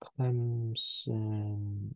Clemson